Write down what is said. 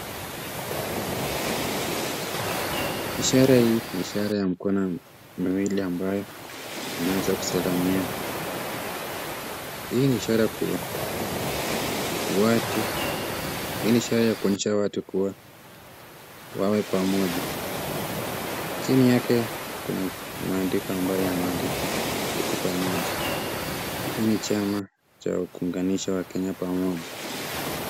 Ishara hii ni ishara ya mkono miwili ambayo imeweza kusalimiana. Hii ni ishara kubwa. Hii ni ishara ya kuonyesha watu kuwa wawe pamoja. Chini yake kuna maandiko ambayo yameandikwa, tuko pamoja. Hii ni chama cha kuunganisha Wakenya pamoja.